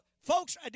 folks